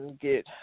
get